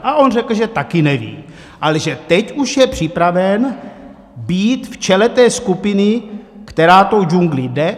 A on řekl, že taky neví, ale že teď už je připraven být v čele té skupiny, která tou džunglí jde.